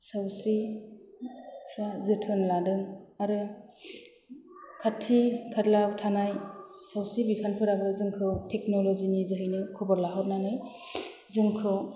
सावस्रि फ्रा जोथोन लादों आरो खाथि खालायाव थानाय सावस्रि बिफानफोराबो जोंखौ टेक्नल'जिनि जोहैनो खबर लाहरनानै जोंखौ